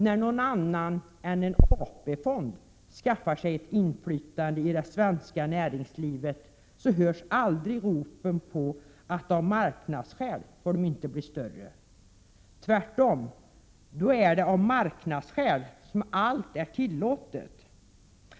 När någon annan än en AP-fond skaffar sig ett inflytande i det svenska näringslivet hörs aldrig ropet på att de av marknadsskäl inte får bli större. Tvärtom är då av marknadsskäl allt tillåtet.